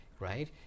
Right